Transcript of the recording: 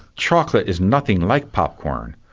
chocolate is nothing like popcorn,